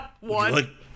One